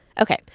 Okay